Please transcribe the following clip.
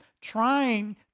trying